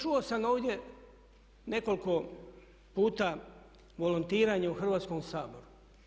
Čuo sam ovdje nekoliko puta volontiranje u Hrvatskom saboru.